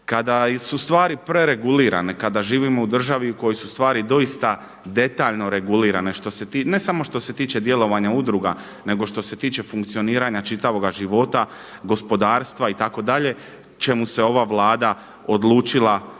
Kada su stvari preregulirane, kada živimo u državi u kojoj su stvari doista detaljno regulirane, ne samo što se tiče djelovanja udruga nego što se tiče funkcioniranja čitavoga života, gospodarstva itd. čemu se ova Vlada odlučila na neki